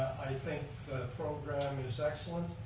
think the program is excellent.